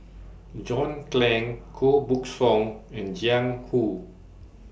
John Clang Koh Buck Song and Jiang Hu